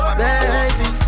baby